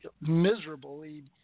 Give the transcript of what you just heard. miserably